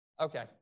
Okay